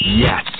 yes